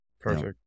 Perfect